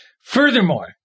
Furthermore